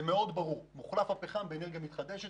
מאוד ברור: הפחם מוחלף באנרגיה מתחדשת,